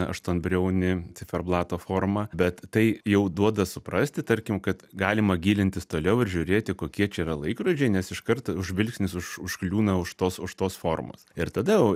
aštuonbriaunį ciferblato formą bet tai jau duoda suprasti tarkim kad galima gilintis toliau ir žiūrėti kokie čia yra laikrodžiai nes iš karto žvilgsnis už užkliūna už tuos už tos formos ir tada jau